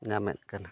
ᱧᱟᱢᱮᱫ ᱠᱟᱱᱟ